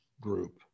group